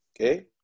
Okay